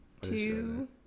two